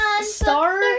Star